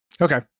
Okay